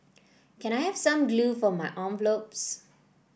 can I have some glue for my envelopes